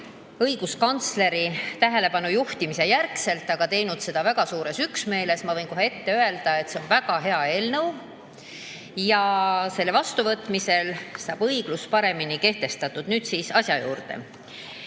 õiguskantsleri tähelepanujuhtimise järel, aga väga suures üksmeeles. Ma võin kohe ette öelda, et see on väga hea eelnõu. Selle vastuvõtmise korral saab õiglus paremini kehtestatud. Nüüd asja juurde.